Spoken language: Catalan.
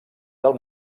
del